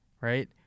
right